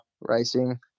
Racing